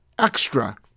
extra